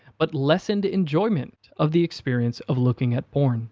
but lessened enjoyment of the experience of looking at porn